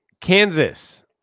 Kansas